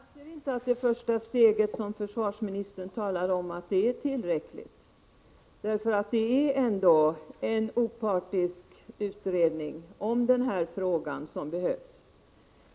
Herr talman! Jag anser inte att det första steg som försvarsministern talar om är tillräckligt. Det är trots allt en opartisk utredning om den här frågan som behövs.